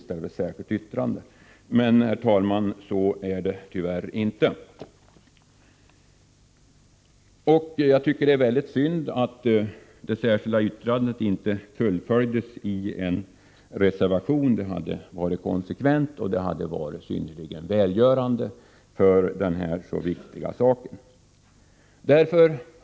Men, herr talman, så är det tyvärr inte. Jag tycker alltså att det är synd att detta särskilda yttrande inte i stället blev en reservation. Det hade varit konsekvent, och det hade varit synnerligen välgörande för denna så viktiga sak. Herr talman!